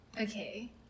Okay